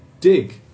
dig